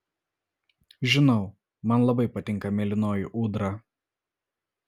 žinau man labai patinka mėlynoji ūdra